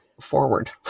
forward